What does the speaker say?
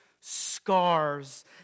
scars